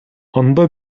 анда